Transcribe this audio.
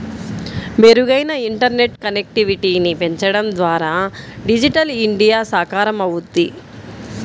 మెరుగైన ఇంటర్నెట్ కనెక్టివిటీని పెంచడం ద్వారా డిజిటల్ ఇండియా సాకారమవుద్ది